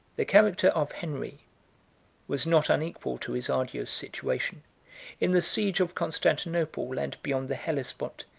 the character of henry was not unequal to his arduous situation in the siege of constantinople, and beyond the hellespont,